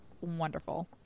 wonderful